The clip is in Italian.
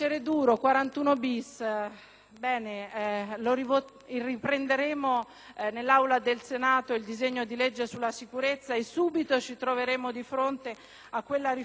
Riprenderemo nell'Aula del Senato l'esame del disegno di legge sulla sicurezza e subito ci troveremo di fronte a quella riforma del 41-*bis*.